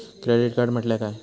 Credit card म्हटल्या काय?